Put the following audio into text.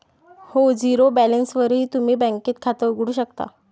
हो, झिरो बॅलन्सवरही तुम्ही बँकेत खातं उघडू शकता